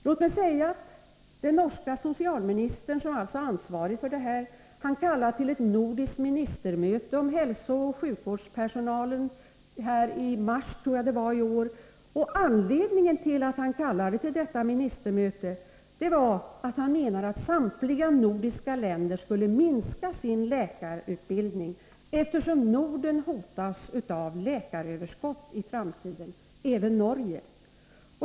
Låt mig säga att den norske socialministern, som alltså är ansvarig för det här, har kallat till ett nordiskt ministermöte om hälsooch sjukvårdsfrågor i mars i år. Han menar att samtliga nordiska länder skulle minska sin läkarutbildning, eftersom Norden hotas av läkaröverskott i framtiden — även Norge.